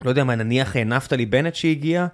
לא יודע מה, נניח נפתלי בנט שהגיע?